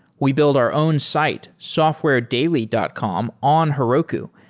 we build our own site, softwaredaily dot com on heroku,